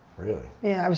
really? yeah,